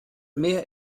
mehr